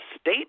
state